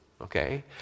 okay